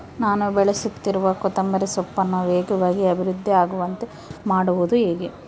ನಾನು ಬೆಳೆಸುತ್ತಿರುವ ಕೊತ್ತಂಬರಿ ಸೊಪ್ಪನ್ನು ವೇಗವಾಗಿ ಅಭಿವೃದ್ಧಿ ಆಗುವಂತೆ ಮಾಡುವುದು ಹೇಗೆ?